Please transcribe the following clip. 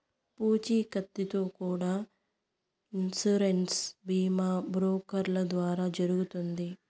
పూచీకత్తుతో కూడా ఇన్సూరెన్స్ బీమా బ్రోకర్ల ద్వారా జరుగుతుంది